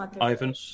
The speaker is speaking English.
Ivan